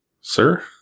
Sir